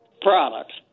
products